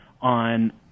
on